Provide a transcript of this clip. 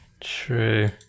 True